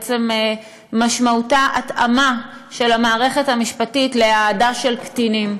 משמעותה התאמה של המערכת המשפטית להעדה של קטינים.